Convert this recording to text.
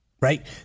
Right